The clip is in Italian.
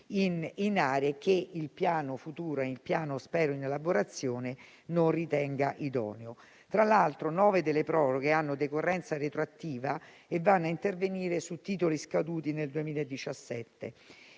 in aree che spero il Piano in elaborazione ritenga non idonee. Tra l'altro, nove delle proroghe hanno decorrenza retroattiva e vanno a intervenire su titoli scaduti nel 2017.